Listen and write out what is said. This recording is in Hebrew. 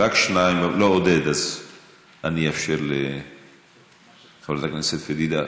אם לא עודד, אז אני אאפשר לחברת הכנסת פדידה.